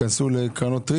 ייכנסו לקרנות ריט?